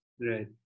Right